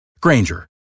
Granger